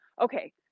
okay